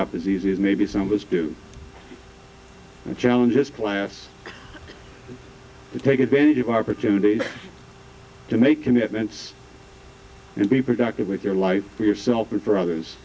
up as easy as maybe some of us do and challenge just class to take advantage of opportunities to make commitments and be productive with your life for yourself and for others